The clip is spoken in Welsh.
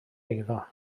eiddo